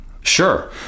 Sure